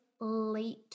late